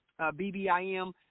BBIM